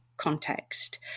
context